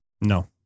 No